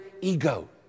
ego